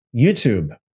YouTube